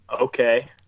Okay